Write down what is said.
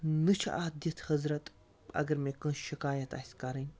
نہَ چھُ اَتھ دِتھ حَضرَت اگر مےٚ کٲنٛسہِ شِکایت آسہِ کَرٕنۍ